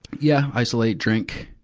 yeah, isolate, drink.